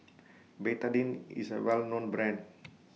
Betadine IS A Well known Brand